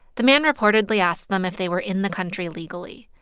the man reportedly asked them if they were in the country legally.